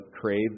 crave